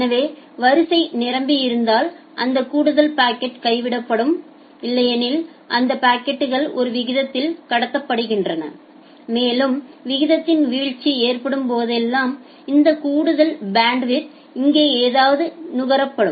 எனவே வரிசை நிரம்பியிருந்தால் அந்த கூடுதல் பாக்கெட் கைவிடப்படும் இல்லையெனில் அந்த பாக்கெட்கள் ஒரு விகிதத்தில் கடத்தப்படுகின்றன மேலும் விகிதத்தில் வீழ்ச்சி ஏற்படும் போதெல்லாம் இந்த கூடுதல் பேண்ட்வித் இங்கே ஏதாவது நுகரப்படும்